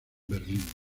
berlín